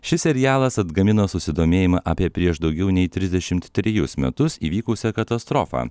šis serialas atgamino susidomėjimą apie prieš daugiau nei trisdešimt trejus metus įvykusią katastrofą